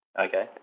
Okay